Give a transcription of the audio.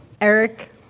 Eric